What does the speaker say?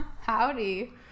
Howdy